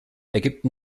ergibt